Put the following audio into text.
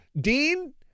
Dean